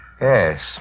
Yes